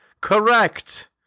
correct